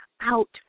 out